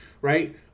right